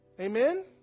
Amen